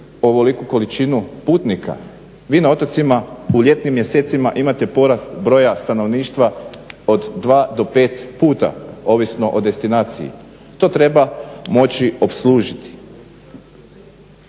ovoliku količinu putnika. Vi na otocima u ljetnim mjesecima imate porast broja stanovništva od 2 do 5 puta ovisno o destinaciji. To treba moći opslužiti.